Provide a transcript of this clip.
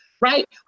Right